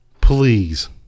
please